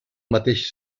mateix